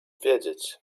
wiedzieć